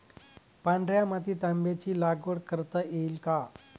पांढऱ्या मातीत आंब्याची लागवड करता येईल का?